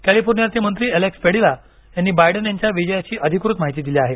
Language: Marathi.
कॅलिफोर्नियाचे मंत्री एलेक्स पेडिला यांनी बायडन यांच्या विजयाची अधिकृत माहिती दिली आहे